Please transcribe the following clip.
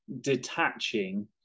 detaching